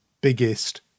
biggest